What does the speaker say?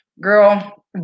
Girl